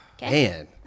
Man